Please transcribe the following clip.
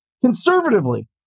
conservatively